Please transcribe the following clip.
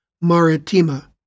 Maritima